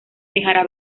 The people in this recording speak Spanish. dejará